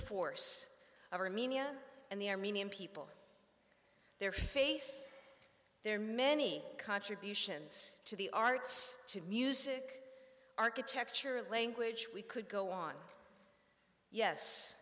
force of armenia and the armenian people their faith their many contributions to the arts to music architecture language we could go on yes